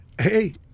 Hey